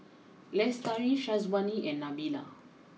Lestari Syazwani and Nabila